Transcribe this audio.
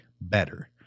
better